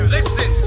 Listen